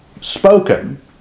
spoken